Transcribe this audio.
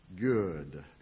good